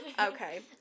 Okay